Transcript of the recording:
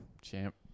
champ